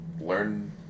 learn